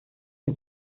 wir